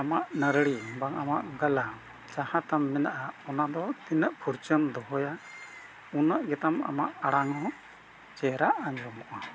ᱟᱢᱟᱜ ᱱᱟᱰᱨᱤ ᱵᱟᱝ ᱟᱢᱟᱜ ᱜᱟᱞᱟᱝ ᱡᱟᱦᱟᱸ ᱛᱟᱢ ᱢᱮᱱᱟᱜᱼᱟ ᱚᱱᱟ ᱫᱚ ᱛᱤᱱᱟᱹᱜ ᱠᱷᱟᱨᱪᱟᱢ ᱫᱚᱦᱚᱭᱟ ᱩᱱᱟᱹᱜ ᱜᱮᱛᱟᱢ ᱟᱢᱟᱜ ᱟᱲᱟᱝ ᱦᱚᱸ ᱪᱮᱦᱨᱟ ᱟᱸᱡᱚᱢᱚᱜᱼᱟ